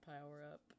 power-up